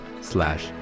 slash